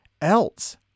else